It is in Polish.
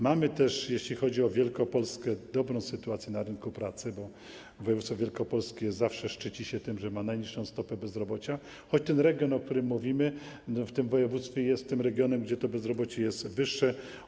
Mamy też, jeśli chodzi o Wielkopolskę, dobrą sytuację na rynku pracy, bo województwo wielkopolskie zawsze szczyci się tym, że ma najniższą stopę bezrobocia, choć ten region, o którym mówimy, w tym województwie jest tym regionem, gdzie to bezrobocie jest wyższe.